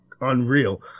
unreal